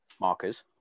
Markers